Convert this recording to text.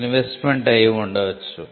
investment అయి ఉండవచ్చు